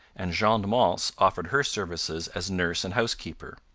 and jeanne mance offered her services as nurse and housekeeper.